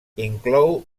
inclou